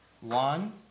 One